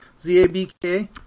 Z-A-B-K